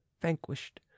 vanquished